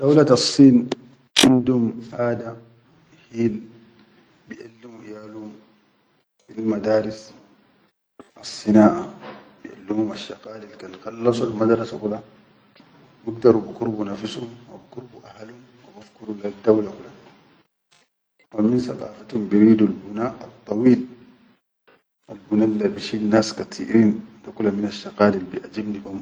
Dawlatassin indum aadahil biʼellumu iyalum fil madaris assinaʼa, biʼellumum asshaqalil kan khallasol madarasa kula bigdaru bikurbu nafisum wa bikurbu ahalum wa bifkuru leddawla kula, wa min saqafitum biridul buna addaweel albuna alla bishil nas kateerin dakula minasshaqalil bi.